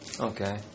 Okay